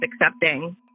accepting